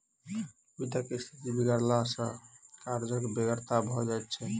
वित्तक स्थिति बिगड़ला सॅ कर्जक बेगरता भ जाइत छै